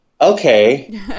Okay